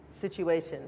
situation